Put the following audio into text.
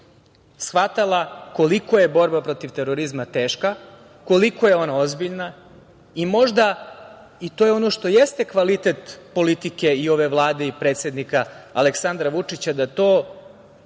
danas, koliko je borba protiv terorizma teška, koliko je ona ozbiljna i možda i to je ono što jeste kvalitet politike i ove Vlade i predsednika Aleksandra Vučića da to